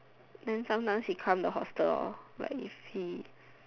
then sometimes he come the hostel lor but if he